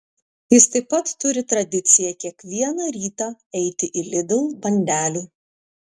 jis taip pat turi tradiciją kiekvieną rytą eiti į lidl bandelių